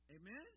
Amen